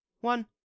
one